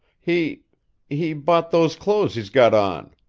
he he bought those clothes he's got on.